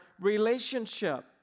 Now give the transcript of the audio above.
relationship